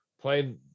played